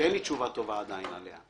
שאין לי עדיין תשובה טובה עליה.